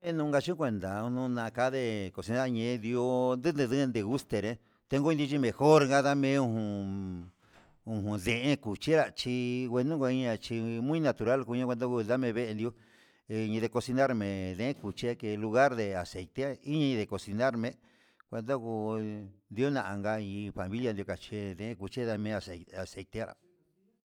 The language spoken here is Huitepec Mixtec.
Enduka yin nguendanuu nakade cocinar di'ó, ndo ndundende nde guste nré tenguyinchi mejor ngadame jun ujun ndee kuchia chí ngueno nguia chí en muy natural ngueña nguduu ngudame vendi'ó he ñii nde cocinar ndén cuche en lugar de aceite iin de cocinar me'e kuenda nguu ndionaka iin familia ndukaché he de nduche mia aceite.